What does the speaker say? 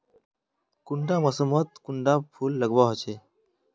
कुंडा मोसमोत कुंडा फुल लगवार होछै?